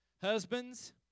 Husbands